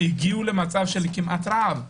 הגיעו למצב של כמעט רעב.